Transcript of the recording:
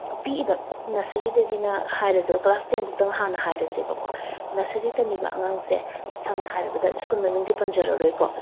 ꯄꯤꯛꯏꯕ ꯅꯁꯔꯤꯗꯒꯤꯅ ꯍꯥꯏꯔꯁꯦꯕ class ten ꯕꯣꯛꯇꯪ ꯍꯥꯟꯅ ꯍꯥꯏꯔꯁꯦꯕꯀꯣ ꯅꯁꯔꯤ ꯇꯝꯃꯤꯕ ꯑꯉꯥꯡꯁꯦ ꯁꯝꯅ ꯍꯥꯏꯔꯕꯗ ꯁ꯭ꯀꯨꯜ ꯃꯃꯤꯡꯗꯤ ꯄꯟꯖꯔꯔꯣꯏꯀꯣ